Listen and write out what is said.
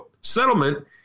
settlement